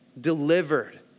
delivered